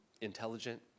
intelligent